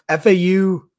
FAU